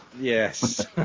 Yes